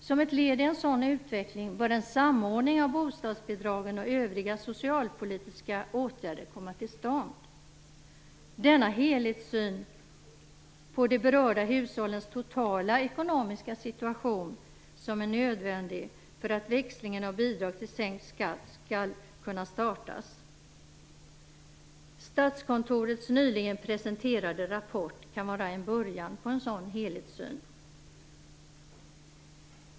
Som ett led i en sådan utveckling bör en samordning av bostadsbidragen och övriga socialpolitiska åtgärder komma till stånd. Denna helhetssyn på de berörda hushållens totala ekonomiska situation är nödvändig för att växlingen av bidrag till sänkt skatt skall kunna startas. Statskontorets nyligen presenterade rapport kan vara en början till en sådan helhetssyn.